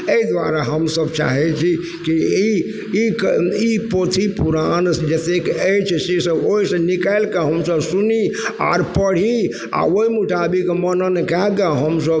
अइ दुआरे हमसब चाहय छी कि ई ई पोथी ई पुराण जे सब अछि से सब ओइसँ निकालिके हमसब सुनि आओर पढ़ी आओर ओइ मुताबिक मनन कएके हमसब